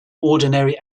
ordinary